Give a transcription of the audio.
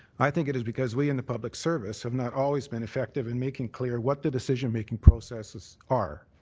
i think it is because we in the public service have not always been effective in making clear what the decision-making processes are.